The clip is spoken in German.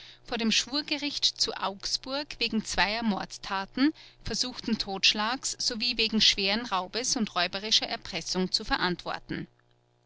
vor dem schwurgericht zu augsburg wegen zweier mordtaten versuchten totschlags sowie wegen schweren raubes und räuberischer erpressung zu verantworten